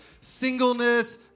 singleness